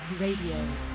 Radio